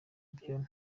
byo